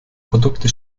produkte